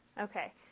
Okay